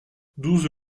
douze